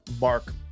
Mark